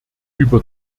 über